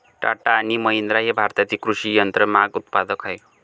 टाटा आणि महिंद्रा हे भारतातील कृषी यंत्रमाग उत्पादक आहेत